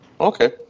Okay